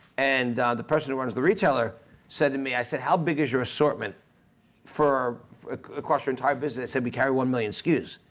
and the person who runs the retailer said to me, i said how big is your assortment for across your entire business? i said we carry one million skus,